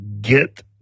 get